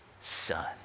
son